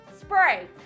spray